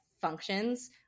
functions